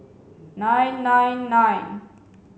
nine nine nine